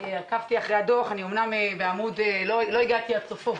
עקבתי אחרי הדו"ח, לא הגעתי עד סופו